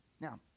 Now